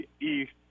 east